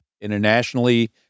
internationally